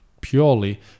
purely